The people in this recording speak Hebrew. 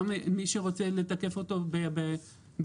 גם למי שרוצה לתקף אותו באפליקציה.